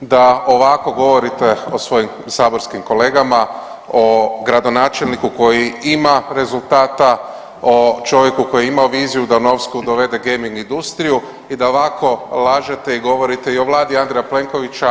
da ovako govorite o svojim saborskim kolegama, o gradonačelniku koji ima rezultata, o čovjeku koji je imao viziju da u Novsku dovede gaming industriju i da ovako lažete i govorite i o vladi Andreja Plenkovića.